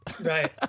Right